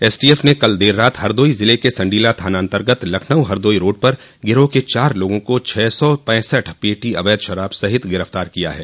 STF ने कल देर रात हरदोई ज़िले के संडीला थानान्तर्गत लखनऊ हरदोई रोड पर गिरोह के चार लोगों को छह सौ पैंसठ पेटी अवैध शराब सहित गिरफ्तार किया है